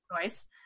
choice